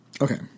Okay